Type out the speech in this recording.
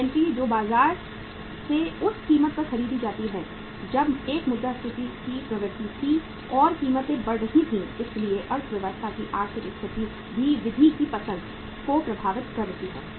inventory जो बाजार से उस कीमत पर खरीदी जाती है जब एक मुद्रास्फीति की प्रवृत्ति थी और कीमतें बढ़ रही थीं इसलिए अर्थव्यवस्था की आर्थिक स्थिति भी विधि की पसंद को प्रभावित कर रही है